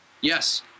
yes